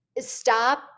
stop